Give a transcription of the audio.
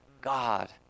God